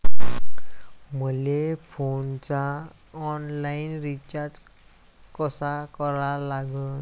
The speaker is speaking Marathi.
मले फोनचा ऑनलाईन रिचार्ज कसा करा लागन?